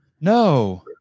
No